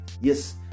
Yes